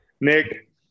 Nick